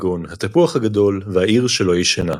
כגון "התפוח הגדול" ו"העיר שלא ישנה".